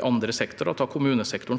kommunesektoren